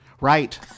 Right